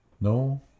No